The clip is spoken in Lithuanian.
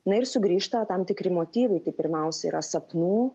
na ir sugrįžta tam tikri motyvai tai pirmiausia yra sapnų